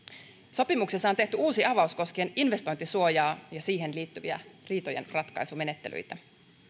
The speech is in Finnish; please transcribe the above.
sopimuksessa on tehty uusi avaus koskien investointisuojaa ja siihen liittyviä riitojenratkaisumenettelyitä